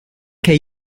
che